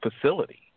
facility